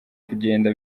kugenda